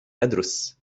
أدرس